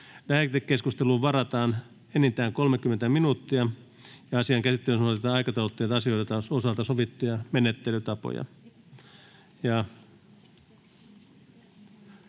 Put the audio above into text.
Lähetekeskusteluun varataan enintään 30 minuuttia. Asian käsittelyssä noudatetaan aikataulutettujen asioiden osalta sovittuja menettelytapoja.